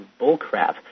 bullcrap